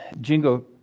Jingo